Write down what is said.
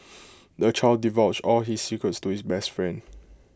the child divulged all his secrets to his best friend